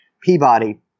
Peabody